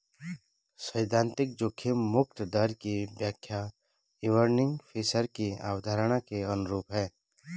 सैद्धांतिक जोखिम मुक्त दर की व्याख्या इरविंग फिशर की अवधारणा के अनुरूप है